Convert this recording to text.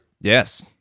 Yes